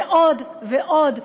ועוד ועוד,